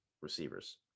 receivers